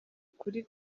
ukuri